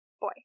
Boy